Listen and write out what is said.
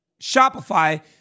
Shopify